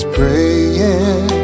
praying